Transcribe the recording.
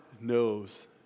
knows